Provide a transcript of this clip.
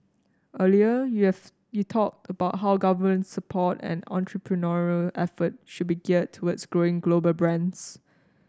earlier you have you talked about how government support and entrepreneurial effort should be geared towards growing global brands